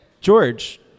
George